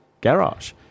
garage